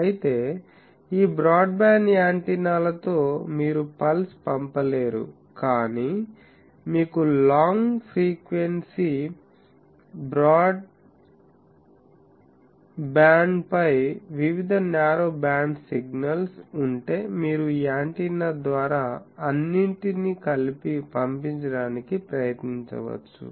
అయితే ఈ బ్రాడ్బ్యాండ్ యాంటెనాలతో మీరు పల్స్ పంపలేరు కానీ మీకు లాంగ్ ఫ్రీక్వెన్సీ బ్యాండ్ పై వివిధ న్యారో బ్యాండ్ సిగ్నల్స్ ఉంటే మీరు ఈ యాంటెన్నా ద్వారా అన్నింటినీ కలిపి పంపించడానికి ప్రయత్నించవచ్చు